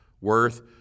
worth